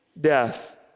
death